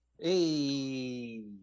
Hey